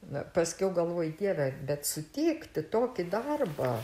nu paskiau galvoju dieve bet sutikti tokį darbą